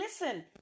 listen